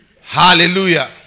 Hallelujah